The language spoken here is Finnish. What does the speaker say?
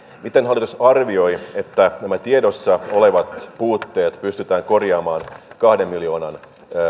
miten hallitus arvioi että nämä tiedossa olevat puutteet pystytään korjaamaan kahden miljoonan